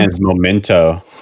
memento